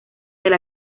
del